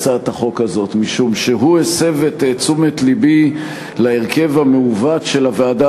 משום שהוא הסב את תשומת לבי להרכב המעוות של הוועדה